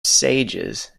sages